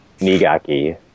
nigaki